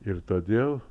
ir todėl